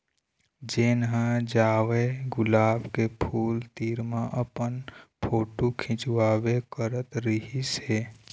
जेन ह जावय गुलाब के फूल तीर म अपन फोटू खिंचवाबे करत रहिस हे